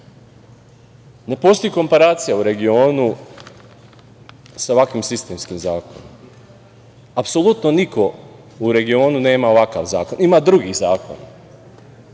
postoji komparacija u regionu sa ovakvim sistemskim zakonom. Apsolutno niko u regionu nema ovakav zakon. Ima drugi zakon,